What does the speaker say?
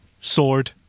Sword